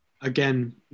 again